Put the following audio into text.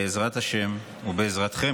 בעזרת השם ובעזרתכם,